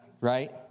Right